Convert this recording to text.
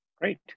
Great